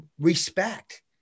respect